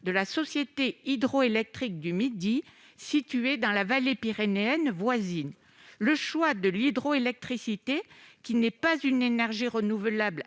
de la Société hydroélectrique du Midi situés dans la vallée pyrénéenne voisine. Le choix de l'hydroélectricité, qui n'est pas une énergie renouvelable